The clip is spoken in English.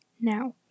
Now